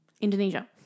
Indonesia